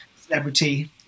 celebrity